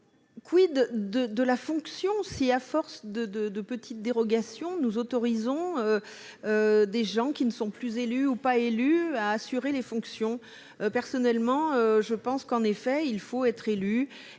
mais de la fonction si, à force d'accepter de petites dérogations, nous autorisons des gens qui ne sont plus ou pas élus à assurer certaines fonctions ? Personnellement, je pense qu'il faut être élu